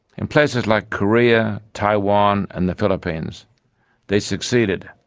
in places like korea, taiwan and the philippines they succeeded.